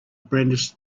brandished